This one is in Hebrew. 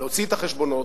להוציא את החשבונות